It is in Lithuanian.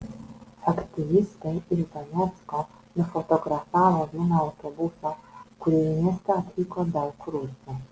aktyvistai iš donecko nufotografavo vieną autobusą kuriuo į miestą atvyko daug rusų